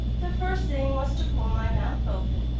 the first thing was to pull my mouth open,